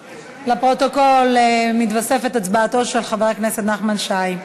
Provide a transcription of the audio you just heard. לפרוטוקול מתווספת הצבעתו של חבר הכנסת נחמן שי.